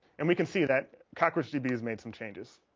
and we can see that cockroach db. has made some changes